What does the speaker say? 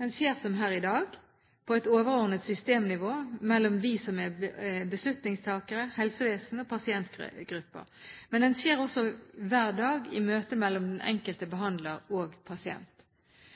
Den skjer, som her i dag, på et overordnet systemnivå, mellom oss som er beslutningstakere, helsevesen og pasientgrupper. Men den skjer også hver dag i møte mellom den enkelte behandler og pasient.